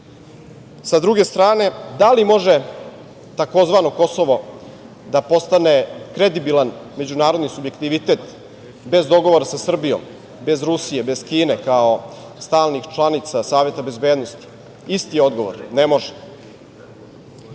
druge strane, da li može tzv. Kosovo da postane kredibilan međunarodni subjektivitet bez dogovora sa Srbijom, bez Rusije, bez Kine kao stalnih članica Saveta bezbednosti? Isti je odgovor – ne